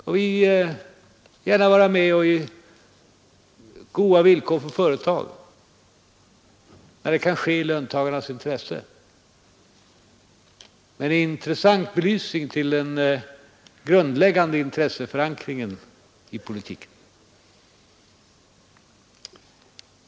Vi vill gärna vara med och skapa goda villkor för företag, när det kan ske i löntagarnas intresse. Men detta är en intressant belysning till den grundläggande intresseförankringen i politiken.